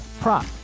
prop